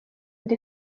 nda